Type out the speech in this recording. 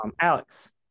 Alex